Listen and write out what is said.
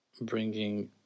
bringing